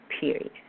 period